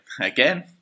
again